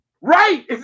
Right